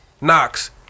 Knox